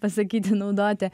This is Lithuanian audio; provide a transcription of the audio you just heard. pasakyti naudoti